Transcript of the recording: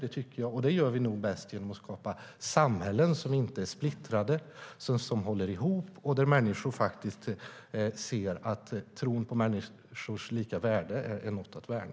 Det gör vi nog bäst genom att skapa samhällen som inte är splittrade och som håller ihop och där människor ser att tron på människors lika värde är något att värna.